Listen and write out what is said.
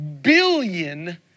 billion